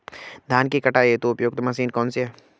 धान की कटाई हेतु उपयुक्त मशीन कौनसी है?